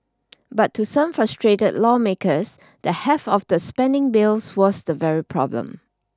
but to some frustrated lawmakers the heft of the spending bill was the very problem